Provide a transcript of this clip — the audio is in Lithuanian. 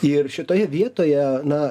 ir šitoje vietoje na